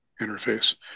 interface